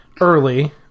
early